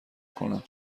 کنم